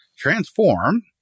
Transform